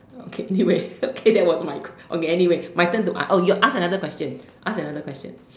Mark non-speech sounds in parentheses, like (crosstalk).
okay (laughs) anyway okay that was my okay anyway my turn to ask oh you ask another question ask another question